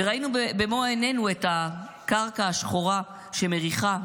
וראינו במו עינינו את הקרקע השחורה שמריחה,